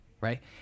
right